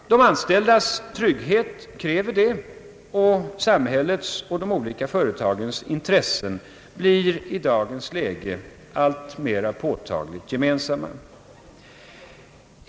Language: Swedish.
De anställdas trygghet kräver detta. Samhällets och de olika företagens intressen blir i nuvarande läge alltmer påtagligt gemensamma.